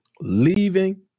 leaving